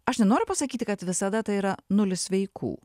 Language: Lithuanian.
aš nenoriu pasakyti kad visada tai yra nulis sveikų